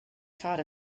taught